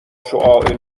شعاع